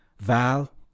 val